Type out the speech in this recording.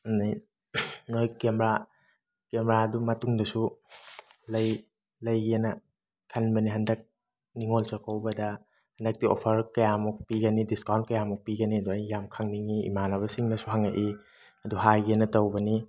ꯑꯗꯩ ꯅꯣꯏ camera camera ꯑꯗꯨ ꯃꯇꯨꯡꯗꯁꯨ ꯂꯩꯒꯦꯅ ꯈꯟꯕꯅꯤ ꯍꯟꯗꯛ ꯅꯤꯉꯣꯜ ꯆꯥꯛꯀꯩꯕꯗ ꯍꯟꯗꯛꯇꯤ ꯑꯣꯐꯔ ꯀꯌꯥꯃꯨꯛ ꯄꯤꯒꯅꯤ ꯗꯤꯁꯀꯥꯎꯟ ꯀꯌꯥꯃꯨꯛ ꯄꯤꯒꯅꯦꯗꯨ ꯑꯩ ꯌꯥꯝ ꯈꯪꯅꯤꯡꯉꯤ ꯏꯃꯥꯟꯅꯕ ꯁꯤꯡꯅꯁꯨ ꯍꯪꯉꯛꯏ ꯑꯗꯨ ꯍꯥꯏꯒꯦꯅ ꯇꯧꯕꯅꯤ